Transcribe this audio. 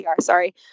sorry